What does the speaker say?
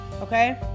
Okay